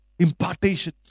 impartations